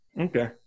Okay